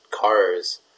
cars